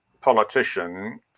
politician